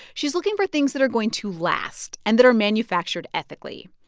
she's looking for things that are going to last and that are manufactured ethically.